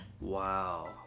wow